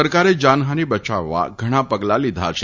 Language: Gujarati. સરકારે જાનહાની બચાવવા ઘણાં પગલાં લીધા છે